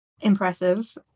Impressive